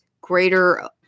greater